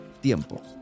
Tiempo